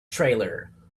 trailer